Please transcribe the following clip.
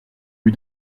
lui